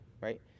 right